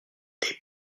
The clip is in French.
des